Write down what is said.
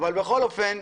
בכל אופן,